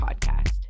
podcast